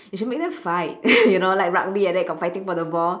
they should make them fight you know like rugby like that got fighting for the ball